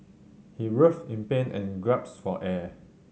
he writhed in pain and gasped for air